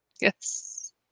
yes